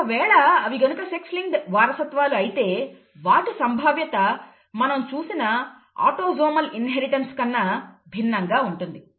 ఒకవేళ అవి గనుక సెక్స్ లింక్డ్ వారసత్వాలు అయితే వాటి సంభావ్యత మనం చూసిన ఆటోసోమల్ వారసత్వం కన్నా భిన్నంగా ఉంటుంది